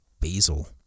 Basil